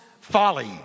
folly